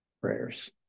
prayers